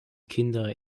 kinder